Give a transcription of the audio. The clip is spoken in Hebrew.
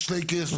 מציאותי.